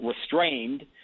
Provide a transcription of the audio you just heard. restrained